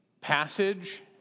passage